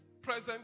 present